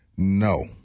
No